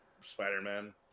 Spider-Man